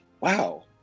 Wow